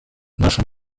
наша